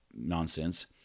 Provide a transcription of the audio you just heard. nonsense